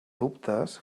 dubtes